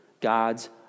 God's